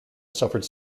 suffered